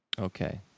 Okay